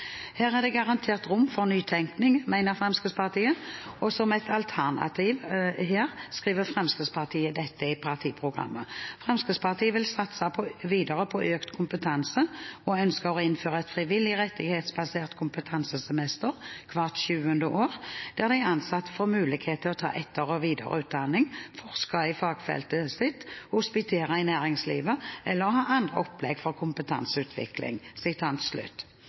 Her er det garantert rom for nytenkning, mener Fremskrittspartiet, og som et alternativ her skriver Fremskrittspartiet dette i partiprogrammet: «Fremskrittspartiet vil satse videre på økt kompetanse, og ønsker å innføre et frivilligrettighetsbasert kompetansesemester hvert sjuende år, der de ansatte får mulighet til å ta etter- og videreutdanning, forske i fagfeltet sitt, hospitere i næringslivet eller ha andre opplegg for kompetanseutvikling.»